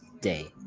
day